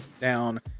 down